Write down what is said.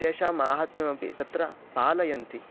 तेषां माहात्म्यमपि तत्र पालयन्ति